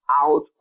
out